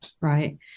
right